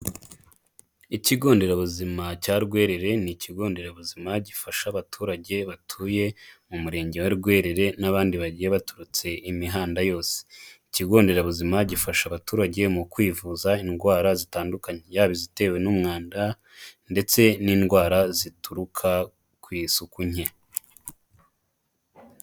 Ikigo nderabuzima cya Rwerere ni ikigo nderabuzima gifasha abaturage batuye mu murenge wa Rwerere n'abandi bagiye baturutse imihanda yose, ikigo nderabuzima gifasha abaturage mu kwivuza indwara zitandukanye yaba izitewe n'umwanda ndetse n'indwara zituruka ku isuku nke.